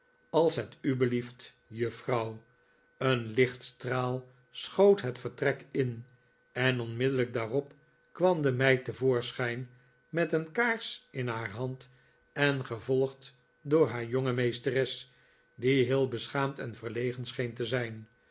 als het u belieft juffrouw een lichtstraal schoot het vertrek in en onmiddellijk daarop kwam de meid te voorschijn met een kaars in haar hand en gevolgd door haar jonge meesteres die heel beschaamd en yerlegen scheen te zijn